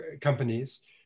companies